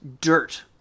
dirt